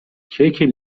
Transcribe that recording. کیک